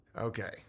Okay